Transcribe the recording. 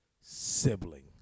sibling